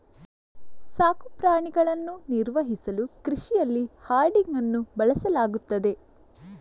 ಸಾಕು ಪ್ರಾಣಿಗಳನ್ನು ನಿರ್ವಹಿಸಲು ಕೃಷಿಯಲ್ಲಿ ಹರ್ಡಿಂಗ್ ಅನ್ನು ಬಳಸಲಾಗುತ್ತದೆ